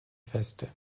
feste